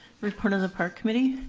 report on the park committee.